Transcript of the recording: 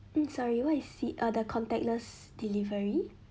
mm sorry what I see uh the contactless delivery